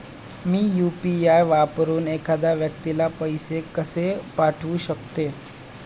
मी UPI वापरून एखाद्या व्यक्तीला पैसे कसे पाठवू शकते?